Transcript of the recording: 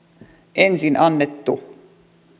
ensin annettu